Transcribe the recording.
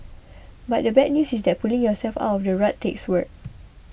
but the bad news is that pulling yourself out of the rut takes work